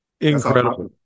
Incredible